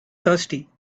thirsty